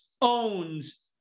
owns